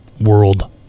world